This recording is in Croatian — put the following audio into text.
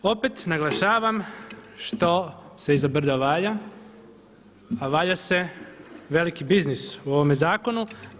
Opet naglašavam „što se iza brda valja“, a valja se veliki biznis u ovome zakonu.